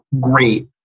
great